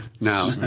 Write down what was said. Now